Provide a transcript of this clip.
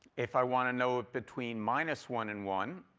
if i want to know between minus one and one.